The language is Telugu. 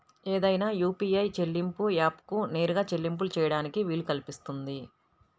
ఏదైనా యూ.పీ.ఐ చెల్లింపు యాప్కు నేరుగా చెల్లింపులు చేయడానికి వీలు కల్పిస్తుంది